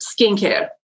skincare